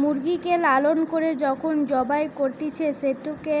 মুরগিকে লালন করে যখন জবাই করতিছে, সেটোকে